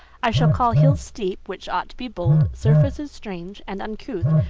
i shall call hills steep, which ought to be bold surfaces strange and uncouth,